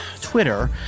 Twitter